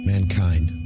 Mankind